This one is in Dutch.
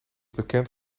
bekend